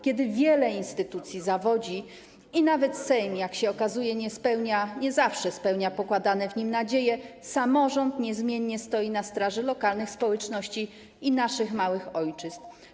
Kiedy wiele instytucji zawodzi i nawet Sejm, jak się okazuje, nie zawsze spełnia pokładane w nim nadzieje, samorząd niezmiennie stoi na straży lokalnych społeczności i naszych małych ojczyzn.